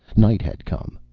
night had come,